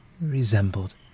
resembled